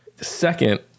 Second